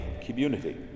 community